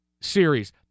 series